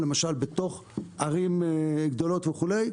למשל בתוך ערים גדולות וכו',